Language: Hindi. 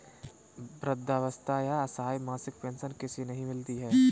वृद्धावस्था या असहाय मासिक पेंशन किसे नहीं मिलती है?